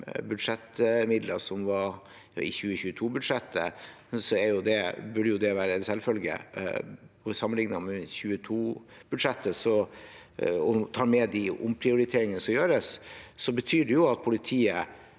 budsjettmidler fra 2022-budsjettet. Det burde være en selvfølge. Sammenliknet med 2022-budsjettet, om man tar med de omprioriteringene som gjøres, betyr det at politiet